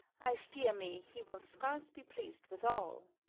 i fear me he will scarce be pleas'd withal.